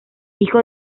hijo